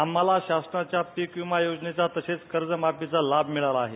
आम्हाला शासनाच्या पीक विमा योजनेचा तसंच कर्जमाफीचा लाभ मिळाला आहे